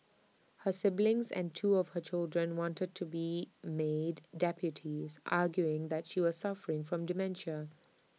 her siblings and two of her children wanted to be made deputies arguing that she was suffering from dementia